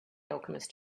alchemist